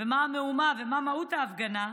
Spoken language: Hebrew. מה המהומה ומה מהות ההפגנה,